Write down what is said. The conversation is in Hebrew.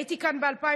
הייתי כאן ב-2017,